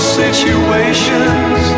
situations